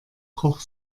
koch